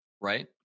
right